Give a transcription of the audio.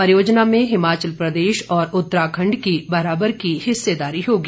परियोजना में हिमाचल प्रदेश और उत्तराखण्ड की बराबर की हिस्सेदारी होगी